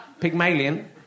Pygmalion